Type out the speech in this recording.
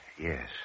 Yes